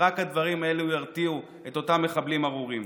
רק הדברים האלו ירתיעו את אותם מחבלים ארורים.